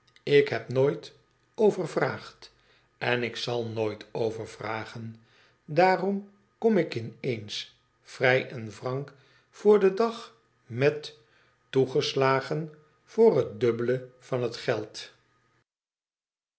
ik heb nooit overvraagd en ik zal nooit overvragen daarom kom ik in eens vrij en frank voor den dag met toegeslagen toor het dubbele van het geld